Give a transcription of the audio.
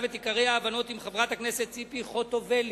את עיקרי ההבנות עם חברת הכנסת ציפי חוטובלי